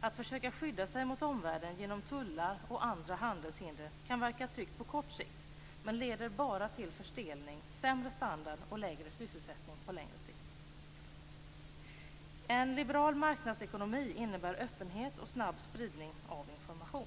Att försöka skydda sig mot omvärlden med tullar och andra handelshinder kan verka tryggt på kort sikt, men leder på längre sikt bara till förstelning, sämre standard och lägre sysselsättning. En liberal marknadsekonomi innebär öppenhet och snabb spridning av information.